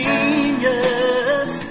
Genius